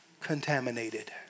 contaminated